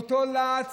באותו להט